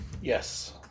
Yes